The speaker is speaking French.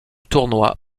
tournoi